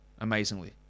amazingly